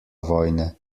vojne